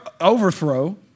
overthrow